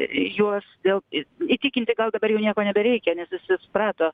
juos dėl įtikinti gal dabar jau nieko nebereikia nes visi suprato